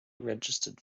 registered